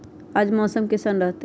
आज मौसम किसान रहतै?